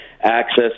access